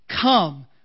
come